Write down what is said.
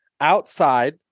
outside